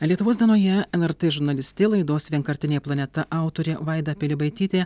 lietuvos dienoje lrt žurnalistė laidos vienkartinė planeta autorė vaida pilibaitytė